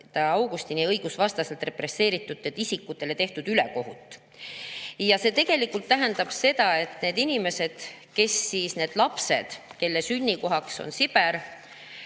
augustini õigusvastaselt represseeritud isikutele tehtud ülekohut. Ja see tähendab seda, et need inimesed, need lapsed, kelle sünnikohaks on Siber